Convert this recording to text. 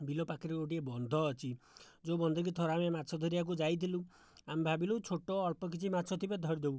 ବିଲ ପାଖରେ ଗୋଟିଏ ବନ୍ଧ ଅଛି ଯେଉଁ ବନ୍ଧକି ଥରେ ଆମେ ମାଛ ଧରିବାକୁ ଯାଇଥିଲୁ ଆମେ ଭାବିଲୁ ଛୋଟ ଅଳ୍ପ କିଛି ମାଛ ଥିବେ ଧରି ଦେବୁ